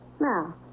Now